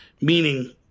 meaning